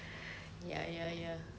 ya ya ya